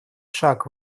шаг